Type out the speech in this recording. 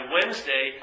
Wednesday